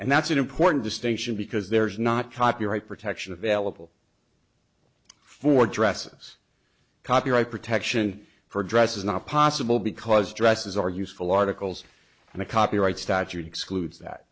and that's an important distinction because there's not copyright protection available for dresses copyright protection for dress is not possible because dresses are useful articles and a copyright statute excludes that